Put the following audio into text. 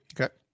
Okay